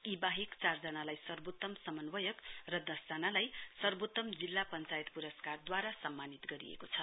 यी बाहेक चार जनालाई सर्वोत्तम समन्वयक र दसजनालाई सर्वोत्तम जिल्ला पश्चायत पुरस्कारद्वारा सम्मानित गरिएको छ